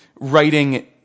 writing